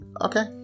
Okay